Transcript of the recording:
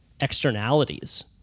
externalities